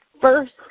first